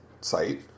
site